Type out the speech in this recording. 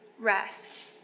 Rest